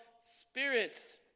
spirits